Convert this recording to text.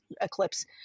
eclipse